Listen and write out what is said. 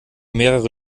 mehrere